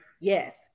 Yes